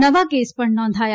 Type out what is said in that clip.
નવા કેસ પણ નોંધાયા